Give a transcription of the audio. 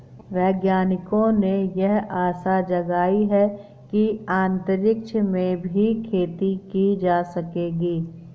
वैज्ञानिकों ने यह आशा जगाई है कि अंतरिक्ष में भी खेती की जा सकेगी